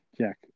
Jack